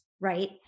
right